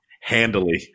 handily